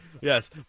Yes